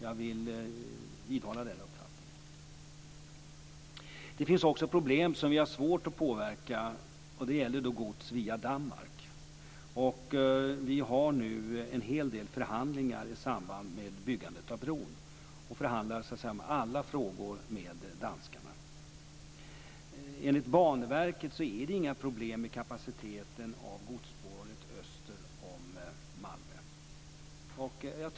Jag vill vidhålla den uppfattningen. Det finns också problem som vi har svårt att påverka, och det gäller gods via Danmark. Vi för nu en hel del förhandlingar i samband med byggandet av bron och förhandlar så att säga om alla frågor med danskarna. Enligt Banverket så är det inga problem med kapaciteten på godsspåret öster om Malmö.